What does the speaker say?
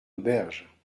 auberge